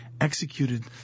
executed